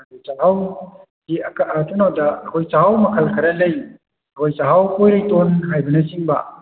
ꯑꯗꯨ ꯆꯥꯛꯍꯥꯎꯁꯦ ꯀꯩꯅꯣꯗ ꯑꯩꯈꯣꯏ ꯆꯥꯛꯍꯥꯎ ꯃꯈꯜ ꯈꯔꯥ ꯂꯩꯔꯤ ꯑꯩꯈꯣꯏ ꯆꯥꯛꯍꯥꯎ ꯄꯣꯏꯔꯩꯇꯣꯟ ꯍꯥꯏꯕꯅꯆꯤꯡꯕ